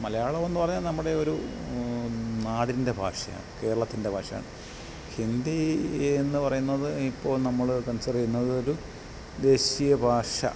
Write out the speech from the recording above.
മലയാളമെന്ന് പറഞ്ഞാൽ നമ്മുടെയൊരു നാടിൻ്റെ ഭാഷയാണ് കേരളത്തിൻ്റെ ഭാഷയാണ് ഹിന്ദീ എന്ന് പറയുന്നത് ഇപ്പോൾ നമ്മൾ കൺസർ ചെയ്യുന്നതൊരു ദേശീയ ഭാഷ